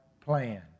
plan